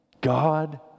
God